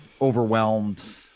overwhelmed